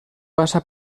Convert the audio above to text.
passa